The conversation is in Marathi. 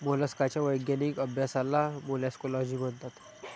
मोलस्काच्या वैज्ञानिक अभ्यासाला मोलॅस्कोलॉजी म्हणतात